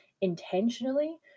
intentionally